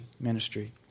Ministry